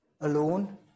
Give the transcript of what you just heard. alone